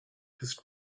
his